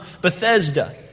Bethesda